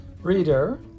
reader